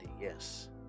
yes